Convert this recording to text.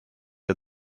der